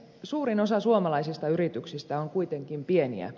suurin osa suomalaisista yrityksistä on kuitenkin pieniä